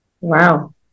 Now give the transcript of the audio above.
Wow